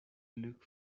look